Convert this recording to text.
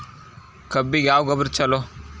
ಕಬ್ಬಿಗ ಯಾವ ಗೊಬ್ಬರ ಛಲೋ?